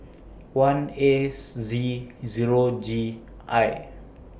one Ace Z Zero G I